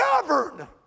govern